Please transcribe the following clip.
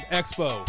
expo